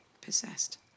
possessed